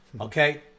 Okay